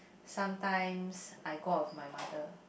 sometimes I go out with my mother